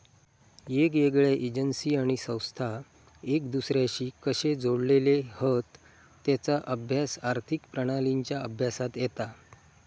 येगयेगळ्या एजेंसी आणि संस्था एक दुसर्याशी कशे जोडलेले हत तेचा अभ्यास आर्थिक प्रणालींच्या अभ्यासात येता